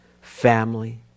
family